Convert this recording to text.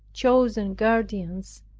chosen guardians,